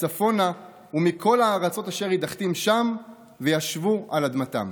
צפונה ומכל הארצות אשר הדחתים שם וישבו על אדמתם".